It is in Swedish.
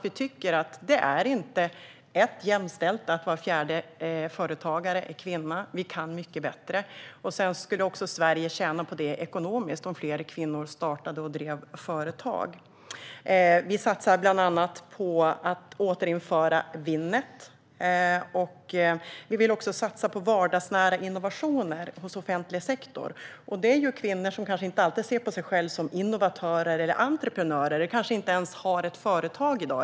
Vi tycker inte att det är jämställt att var fjärde företagare är kvinna. Vi kan mycket bättre. Sverige skulle tjäna ekonomiskt om fler kvinnor startade och drev företag. Centerpartiet satsar på att återinföra Winnet. Vi vill också satsa på vardagsnära innovationer hos offentlig sektor. Det är kvinnor som kanske inte alltid ser på sig själva som innovatörer eller entreprenörer. De kanske inte ens har ett företag i dag.